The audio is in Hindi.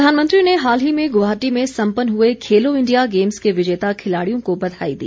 प्रधानमंत्री ने हाल ही में गुवाहाटी में सम्पन्न हुए खेलो इंडिया गेम्स के विजेता खिलाड़ियों को बधाई दी